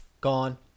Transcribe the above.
gone